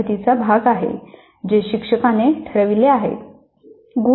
पद्धतीचा भाग आहेत जे शिक्षकाने ठरविले आहेत